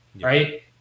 right